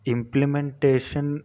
Implementation